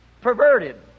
perverted